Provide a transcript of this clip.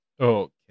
okay